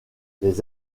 les